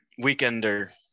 weekender